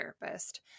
therapist